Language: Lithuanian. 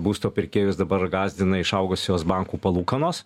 būsto pirkėjus dabar gąsdina išaugusios bankų palūkanos